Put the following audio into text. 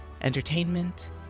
entertainment